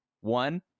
one